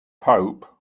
pope